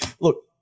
look